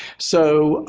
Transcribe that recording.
so,